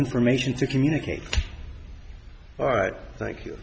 information to communicate all right thank you